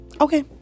okay